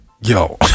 yo